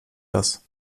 das